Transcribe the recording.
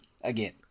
again